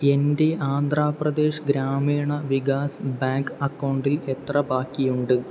എൻ്റെ ആന്ധ്രാപ്രദേശ് ഗ്രാമീണ വികാസ് ബാങ്ക് അക്കൗണ്ടിൽ എത്ര ബാക്കിയുണ്ട്